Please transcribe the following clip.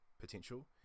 potential